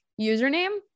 username